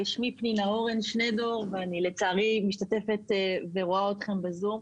שמי פנינה אורן שנידור, אני לצערי רואה אתכם בזום.